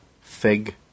Fig